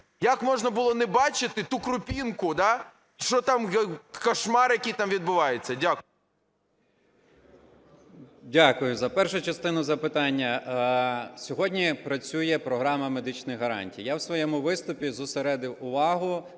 як можна було не бачити ту крупинку, що там, кошмар, який там відбувається. Дякую. 10:36:34 ЛЯШКО В.К. Дякую за першу частину запитання. Сьогодні працює програма медичних гарантій. Я у своєму виступі зосередив увагу